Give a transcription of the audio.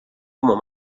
como